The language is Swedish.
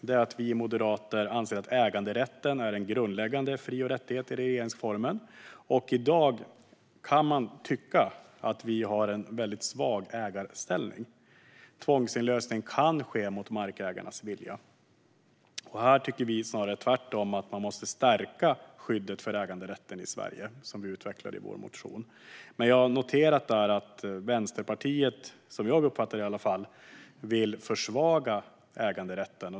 Den åsikten verkar skilja sig mycket från i alla fall minst ett av partierna i regeringsunderlaget. I dag kan man tycka att ägarställningen i Sverige är väldigt svag. Tvångsinlösning kan ske mot markägarnas vilja. Vi tycker tvärtom, att man snarare måste stärka skyddet för äganderätten i Sverige. Det utvecklar vi i vår motion. Men jag noterar att Vänsterpartiet, i alla fall som jag uppfattar det, vill försvaga äganderätten.